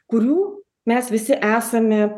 kurių mes visi esame